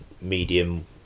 medium